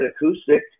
acoustic